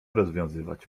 rozwiązywać